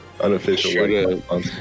unofficial